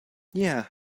yeah